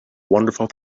wonderful